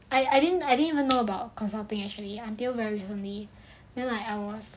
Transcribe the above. I I didn't I didn't even know about consulting actually until very recently then like I was